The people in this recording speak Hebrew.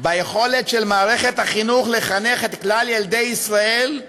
ביכולת של מערכת החינוך לחנך את כלל ילדי ישראל,